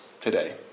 today